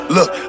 Look